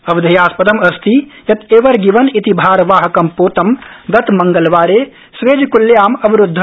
अवधेयास्पादम् अस्ति यत् एवर गिवनइति भारवाहकं पोतं गत मंगलवारे स्वेज कल्याम् अवरूदध